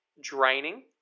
draining